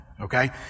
okay